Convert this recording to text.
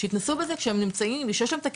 שיתנסו בזה שיש להם את הכלים,